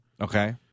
okay